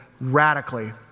radically